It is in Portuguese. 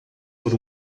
por